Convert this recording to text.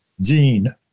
Gene